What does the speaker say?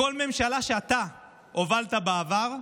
בכל ממשלה שאתה הובלת בעבר,